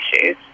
issues